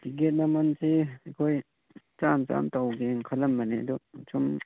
ticket ꯃꯃꯟꯁꯤ ꯑꯩꯈꯣꯏ ꯆꯥꯝ ꯆꯥꯝ ꯇꯧꯒꯦꯅ ꯈꯜꯂꯝꯕꯅꯤ ꯑꯗꯨ ꯁꯨꯝ